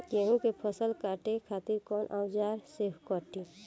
गेहूं के फसल काटे खातिर कोवन औजार से कटी?